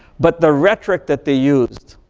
but the rhetoric that they used,